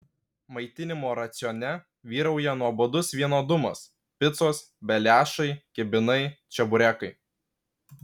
maitinimo racione vyrauja nuobodus vienodumas picos beliašai kibinai čeburekai